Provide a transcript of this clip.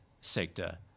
sector